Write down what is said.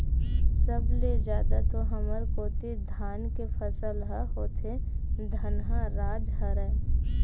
सब ले जादा तो हमर कोती धाने के फसल ह होथे धनहा राज हरय